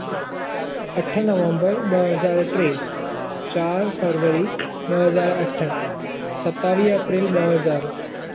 सत जुलाइ ब॒ हज़ार हिकु अठ नवंबर ब॒ हज़ार टे चारि फरवरी ब॒ हज़ार अठ सतावीह अप्रेल ब॒ हज़ार